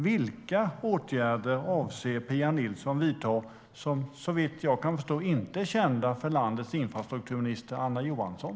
Vilka åtgärder avser Pia Nilsson att vidta som såvitt jag kan förstå inte är kända för landets infrastrukturminister Anna Johansson?